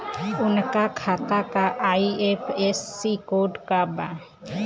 उनका खाता का आई.एफ.एस.सी कोड का बा?